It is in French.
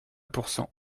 pourcent